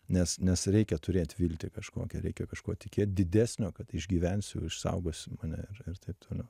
nes nes reikia turėt viltį kažkokią reikia kažkuo tikėt didesnio kad išgyvensiu išsaugos mane ir ir taip toliau